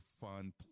fun